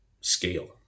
scale